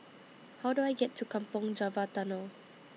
How Do I get to Kampong Java Tunnel